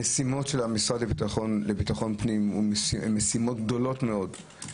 המשימות של המשרד לביטחון הפנים הן גדולות מאוד.